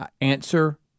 answer